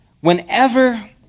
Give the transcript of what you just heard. Whenever